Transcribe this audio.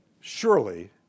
Surely